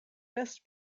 best